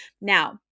Now